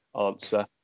answer